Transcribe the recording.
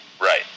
right